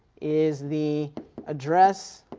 is the address